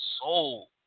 soul